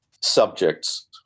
subjects